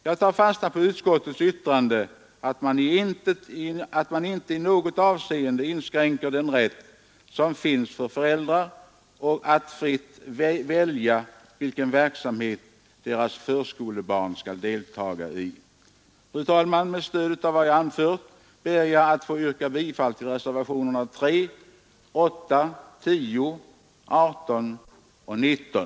Jag tar fasta på utskottets yttrande, att man inte i något avseende inskränker den rätt som finns för föräldrar att fritt välja vilken verksamhet deras förskolebarn skall deltaga i. Fru talman! Med stöd av vad jag anfört ber jag att få yrka bifall till reservationerna 3, 8, 10, 18 och 19.